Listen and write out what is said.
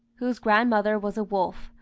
whose grandmother was a wolf,